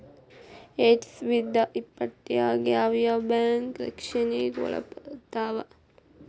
ಎರ್ಡ್ಸಾವಿರ್ದಾ ಇಪ್ಪತ್ತ್ರಾಗ್ ಯಾವ್ ಯಾವ್ ಬ್ಯಾಂಕ್ ರಕ್ಷ್ಣೆಗ್ ಒಳ್ಪಟ್ಟಾವ?